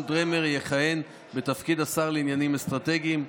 דרמר יכהן בתפקיד השר לעניינים אסטרטגיים.